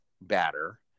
batter